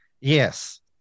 yes